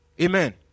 Amen